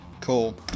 Cool